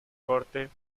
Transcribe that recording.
corte